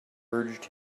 urged